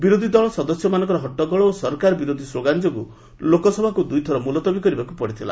ବିରୋଧୀଦଳର ସଦସ୍ୟ ମାନଙ୍କର ହଟ୍ଟଗୋଳ ଓ ସରକାର ବିରୋଧୀ ସ୍କୋଗାନ ଯୋଗୁ ଲୋକସଭାକୁ ଦୁଇଥର ମୁଲତବୀ କରିବାକୁ ପଡିଥିଲା